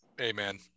Amen